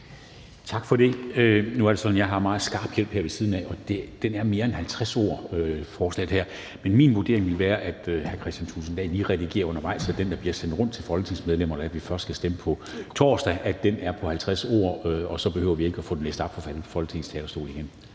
Tak for det. Nu er det sådan, at jeg har et meget skarpt blik her ved siden af, og forslaget her er på mere end 50 ord. Min vurdering vil være, at hr. Kristian Thulesen Dahl lige redigerer undervejs, så den, der bliver sendt rundt til folketingsmedlemmer – vi skal først stemme på torsdag – er på 50 ord. Og så behøver vi ikke at få den læst op fra Folketingets talerstol igen.